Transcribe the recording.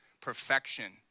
perfection